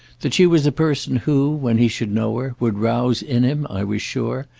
that she was a person who, when he should know her, would rouse in him, i was sure,